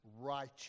righteous